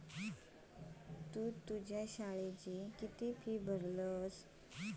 तु तुझ्या शाळेची किती फी भरलस?